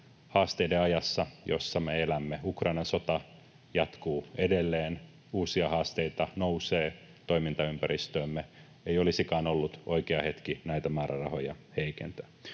haasteiden ajassa, jossa me elämme. Ukrainan sota jatkuu edelleen, uusia haasteita nousee toimintaympäristöömme — ei olisikaan ollut oikea hetki näitä määrärahoja heikentää.